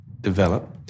develop